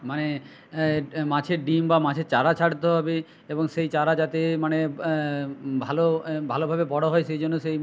মানে মাছের ডিম বা মাছের চারা ছাড়তে হবে এবং সেই চারা যাতে মানে ভালো ভালোভাবে বড় হয় সেই জন্য সেই